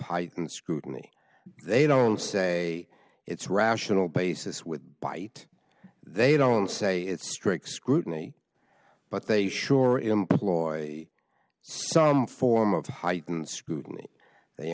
heightened scrutiny they don't say it's rational basis with byte they don't say it's strict scrutiny but they sure employ some form of heightened scrutiny they